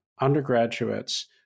undergraduates